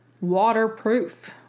Waterproof